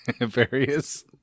various